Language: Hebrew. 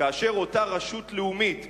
כאשר אותה רשות לאומית,